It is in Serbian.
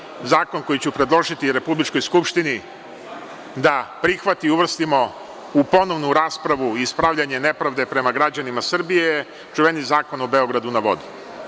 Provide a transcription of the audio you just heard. Moj poslednji zakon koji ću predložiti Republičkoj skupštini da prihvati i uvrstimo u ponovnu raspravu ispravljanje nepravde prema građanima Srbije, čuveni Zakon o „Beogradu na vodi“